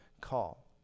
call